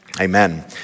amen